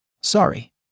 Sorry